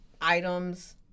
items